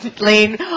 Lane